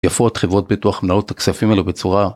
יפו את חברות ביטוח מנהלות את הכספים אלו בצורה